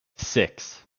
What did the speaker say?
six